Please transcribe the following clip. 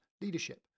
leadership